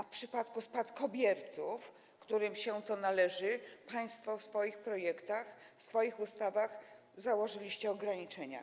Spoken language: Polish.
W przypadku spadkobierców, którym się to należy, państwo w swoich projektach, w swoich ustawach założyliście ograniczenia.